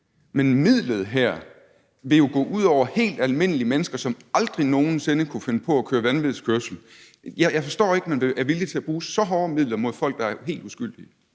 men midlet her vil jo gå ud over helt almindelige mennesker, som aldrig nogen sinde kunne finde på at køre vanvidskørsel. Jeg forstår ikke, at man er villig til at bruge så hårde midler mod folk, der er helt uskyldige.